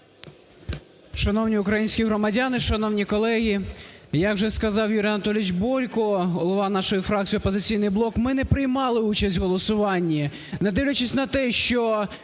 Шановні українські громадяни! Шановні колеги! Як вже сказав Юрій Анатолійович Бойко, голова нашої фракції "Опозиційний блок", ми не приймали участь в голосуванні, не дивлячись на те, що